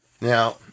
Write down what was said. Now